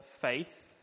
faith